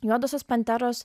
juodosios panteros